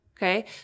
Okay